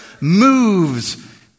moves